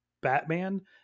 batman